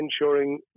ensuring